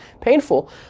painful